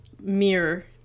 mirror